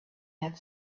had